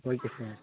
okay sir